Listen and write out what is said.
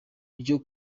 ryo